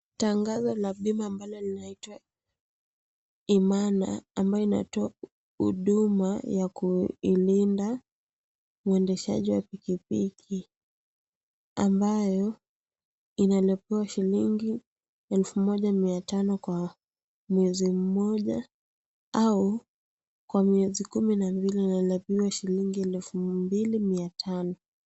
Tangazo la bima ambayo inaitwa Imana ambayo inatoa huduma ya kuilinda mwendeshaji wa pikipiki ambayo inalipiwa shilingi 1500 kwa mwezi moja au kwa miezi kumi na miwili shilingi 12,500.